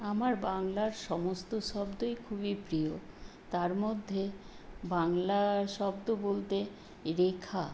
আমার বাংলার সমস্ত শব্দই খুবই প্রিয় তার মধ্যে বাংলার শব্দ বলতে রেখা